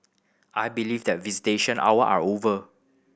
I believe that visitation hour are over